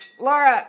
Laura